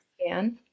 scan